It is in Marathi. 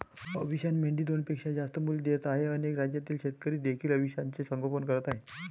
अविशान मेंढी दोनपेक्षा जास्त मुले देत आहे अनेक राज्यातील शेतकरी देखील अविशानचे संगोपन करत आहेत